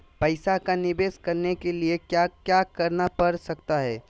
पैसा का निवेस करने के लिए क्या क्या करना पड़ सकता है?